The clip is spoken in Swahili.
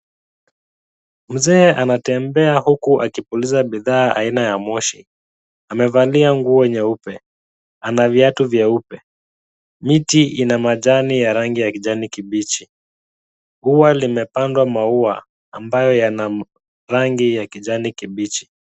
Mzee anatembea huku akipuliza bidhaa aina ya moshi, amevalia nguo nyeupe. Amevalia viatu vyeupe. Miti ina rangi ya kijani kiubichi. Ua limepandwa maua ambayo yana rangi ya kijani kibichi.